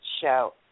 show